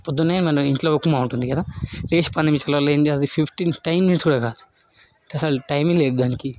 పొద్దున్నే మనం ఇంట్లో ఉప్మా ఉంటుంది కదా లేచి పది నిమిషాలల్ల ఏం చేయాలి ఫిఫ్టీన్ టెన్ మినిట్స్ కూడా కాదు అసలు టైమే లేదు దానికి